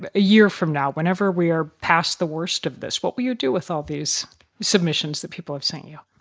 but a year from now, whenever we are past the worst of this? what will you do with all these submissions that people have sent you?